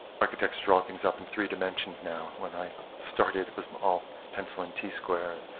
architects draw things up in three dimensions now. when i started it was all pencil and t-square.